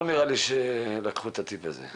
לא נראה לי שלקחו את הטיפ הזה.